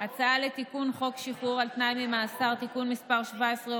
הצעה לתיקון חוק שחרור על תנאי ממאסר (תיקון מס' 17,